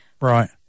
Right